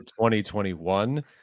2021